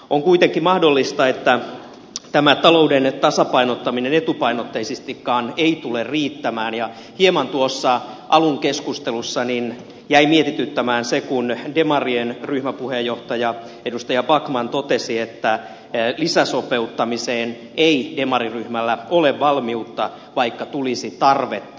on kuitenkin mahdollista että tämä talouden tasapainottaminen etupainotteisestikaan ei tule riittämään ja hieman tuossa alun keskustelussa jäi mietityttämään se kun demarien ryhmäpuheenjohtaja edustaja backman totesi että lisäsopeuttamiseen ei demariryhmällä ole valmiutta vaikka tulisi tarvetta